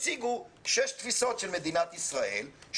הציגו שש תפיסות של מדינת ישראל,